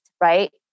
right